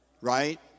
right